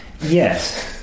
Yes